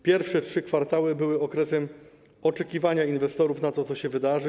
Pierwsze trzy kwartały były okresem oczekiwania inwestorów na to, co się wydarzy.